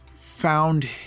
found